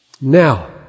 Now